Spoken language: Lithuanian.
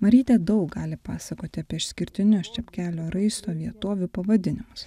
marytė daug gali papasakoti apie išskirtinius čepkelių raisto vietovių pavadinimus